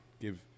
give